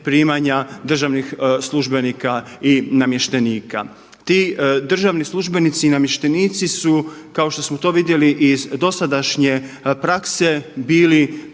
primanja državnih službenika i namještenika. Ti državni službenici i namještenici su kao što smo to vidjeli iz dosadašnje prakse bili